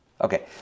Okay